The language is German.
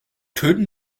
töten